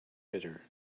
bitter